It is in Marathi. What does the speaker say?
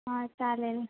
हां चालेल